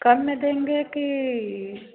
कम में देंगे कि